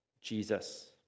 Jesus